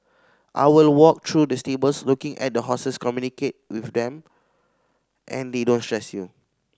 I will walk through the stables looking at the horses communicate with them and they don't stress you